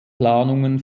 planungen